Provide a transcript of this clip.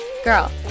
Girl